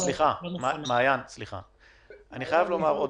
--- מעין, סליחה, אני אומר את